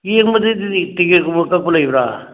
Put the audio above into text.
ꯌꯦꯡꯕꯗꯨꯗꯗꯤ ꯇꯤꯀꯦꯠꯀꯨꯝꯕ ꯀꯛꯄ ꯂꯩꯕ꯭ꯔꯥ